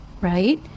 right